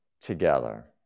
together